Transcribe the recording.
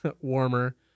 warmer